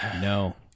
No